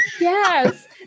yes